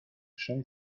son